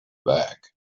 back